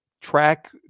track